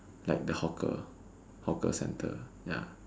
like the hawker hawker centre ya